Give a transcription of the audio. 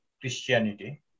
christianity